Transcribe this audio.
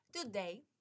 today